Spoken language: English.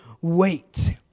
wait